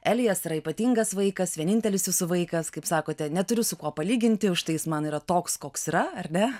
elijas yra ypatingas vaikas vienintelis jūsų vaikas kaip sakote neturiu su kuo palyginti užtai jis man yra toks koks yra ar ne